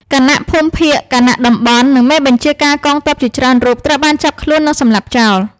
គណៈភូមិភាគ គណៈតំបន់ និងមេបញ្ជាការកងទ័ពជាច្រើនរូបត្រូវបានចាប់ខ្លួន និងសម្លាប់ចោល។